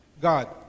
God